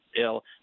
ill